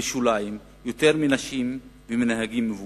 שוליים יותר מנשים ונהגים מבוגרים.